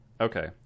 Okay